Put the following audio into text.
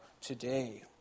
today